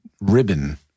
ribbon